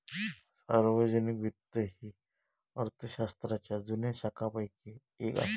सार्वजनिक वित्त ही अर्थशास्त्राच्या जुन्या शाखांपैकी येक असा